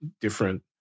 different